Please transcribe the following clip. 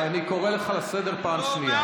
אני קורא אותך לסדר פעם שנייה.